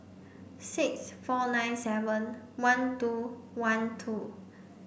six four nine seven one two one two